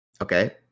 Okay